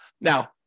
Now